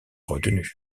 retenus